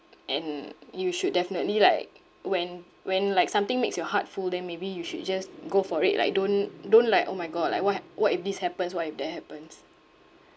and you should definitely like when when like something makes your heart full then maybe you should just go for it like don't don't like oh my god like what ha~ what if this happens what if that happens